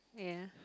yeah